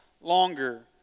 longer